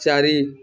ଚାରି